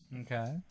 Okay